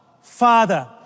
Father